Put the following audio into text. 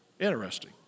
Interesting